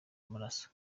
amaraso